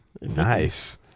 nice